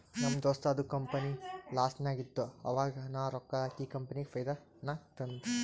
ನಮ್ ದೋಸ್ತದು ಕಂಪನಿ ಲಾಸ್ನಾಗ್ ಇತ್ತು ಆವಾಗ ನಾ ರೊಕ್ಕಾ ಹಾಕಿ ಕಂಪನಿಗ ಫೈದಾ ನಾಗ್ ತಂದ್